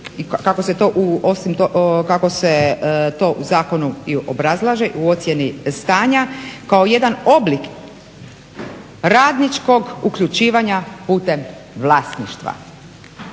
kako se to u zakonu i obrazlaže, u ocijeni stanja kao jedan oblik radničkog uključivanja putem vlasništva.